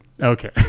Okay